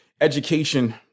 Education